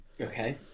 Okay